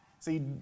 See